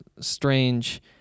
strange